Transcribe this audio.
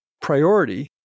priority